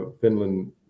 Finland